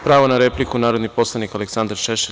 Pravo na repliku, narodni poslanik Aleksandar Šešelj.